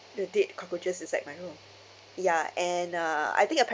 the dead cockroaches inside my room ya and uh I think